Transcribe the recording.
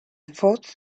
thought